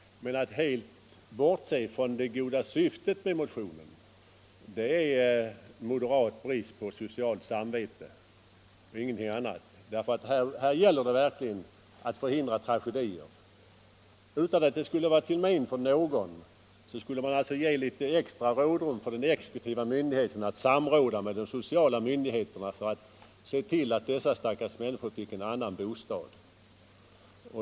Men att helt bortse från det goda syftet med motionen är ingenting annat än moderat brist på socialt samvete. Här gäller det verkligen att förhindra tragedier. Utan att det skulle vara till men för någon skulle man ge litet extra rådrum för den exekutiva myndigheten att samråda med sociala myndigheter för att se till att dessa stackars människor fick en annan bostad.